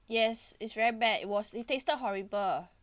yes it's very bad it was it tasted horrible